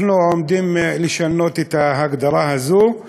אנחנו עומדים לשנות את ההגדרה הזאת,